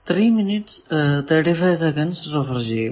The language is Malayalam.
പിന്നെ Z Y